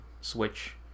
Switch